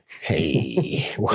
Hey